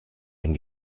ein